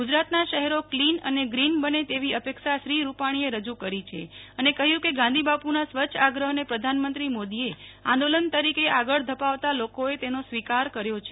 ગુજરાત ના શહેરો ક્લીન અને ગ્રીન બને તેવી અપેક્ષા શ્રી રૂપાણીએ રજૂ કરી છે અને કહ્યું કે ગાંધીબાપુના સ્વચ્છાગ્રહને પ્રધાનમંત્રી મોદીએ આંદોલન તરીકે આગળ ધપાવતા લોકોએ તેનો સ્વીકાર કર્યો છે